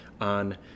on